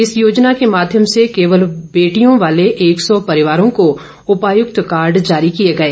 इस योजना के माध्यम से केवल बेटियों वाले एक सौ परिवारों को उपायुक्त कार्ड जारी किए गए